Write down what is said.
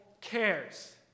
cares